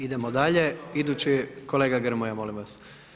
Idemo dalje, idući je kolega Grmoja, molim vas.